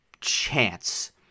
chance